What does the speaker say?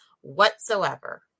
whatsoever